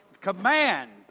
command